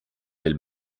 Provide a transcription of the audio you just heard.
del